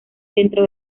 dentro